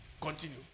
Continue